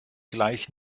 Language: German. gleich